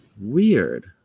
weird